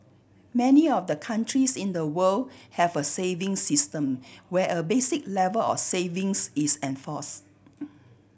many of the countries in the world have a savings system where a basic level of savings is enforced